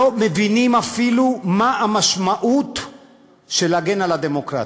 לא מבינים אפילו מה המשמעות של להגן על הדמוקרטיה,